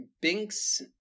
Binks